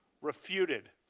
refuted.